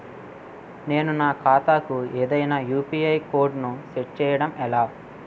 నేను నా ఖాతా కు ఏదైనా యు.పి.ఐ కోడ్ ను సెట్ చేయడం ఎలా?